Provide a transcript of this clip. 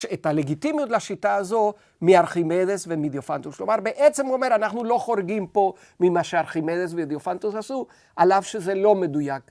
‫את הלגיטימיות לשיטה הזו ‫מארכימדס ומדיופנטוס. ‫כלומר, בעצם הוא אומר, ‫אנחנו לא חורגים פה ‫ממה שארכימדס ודיופנטוס עשו, ‫על אף שזה לא מדויק.